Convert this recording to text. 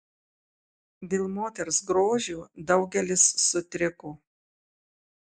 dėl moters grožio daugelis sutriko